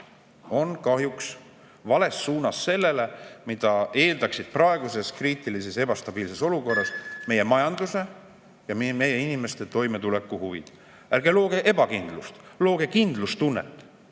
on [vastupidine] sellele, mida eeldaksid praeguses kriitilises ebastabiilses olukorras meie majanduse ja meie inimeste toimetuleku huvid. Ärge looge ebakindlust, looge kindlustunnet!